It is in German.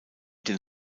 den